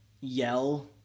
yell